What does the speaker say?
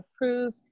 approved